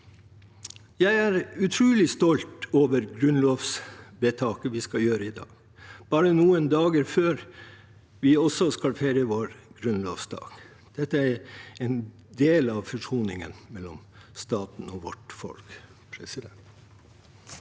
Jeg er utrolig stolt over grunnlovsvedtaket vi skal gjøre i dag, bare noen dager før vi også skal feire vår grunnlovsdag. Dette er en del av forsoningen mellom staten og vårt folk. Helge